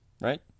Right